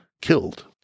killed